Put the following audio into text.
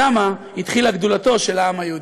שם התחילה גדולתו של העם היהודי.